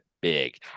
big